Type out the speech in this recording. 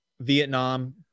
vietnam